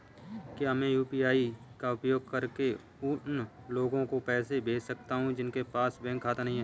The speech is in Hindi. क्या मैं यू.पी.आई का उपयोग करके उन लोगों को पैसे भेज सकता हूँ जिनके पास बैंक खाता नहीं है?